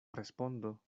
respondo